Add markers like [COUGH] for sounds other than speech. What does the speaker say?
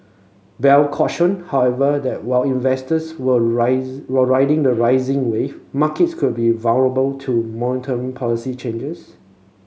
bell cautioned however that while investors were [UNINTELLIGIBLE] were riding the rising wave markets could be vulnerable to monetary policy changes